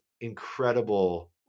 incredible